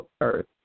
earth